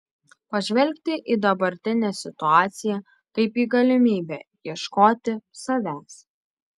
pažvelgti į dabartinę situaciją kaip į galimybę ieškoti savęs